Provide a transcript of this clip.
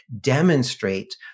demonstrate